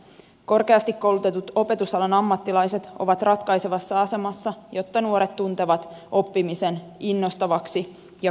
korkeasti koulutetut opetusalan ammattilaiset ovat ratkaisevassa asemassa jotta nuoret tuntevat oppimisen innostavaksi ja kannustavaksi